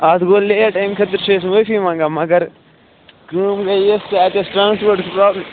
آز گوٚو لیٹ أمۍ خٲطرٕ چھِ أسۍ معٲفی منگان مگر کٲم گٔے یہِ کہِ اَتہِ ٲسۍ ٹرانَسپوٹٕچ پرٛابلِم